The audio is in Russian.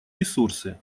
ресурсы